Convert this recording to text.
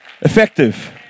effective